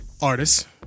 artist